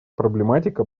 проблематика